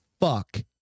fuck